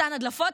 אותן הדלפות,